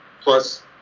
plus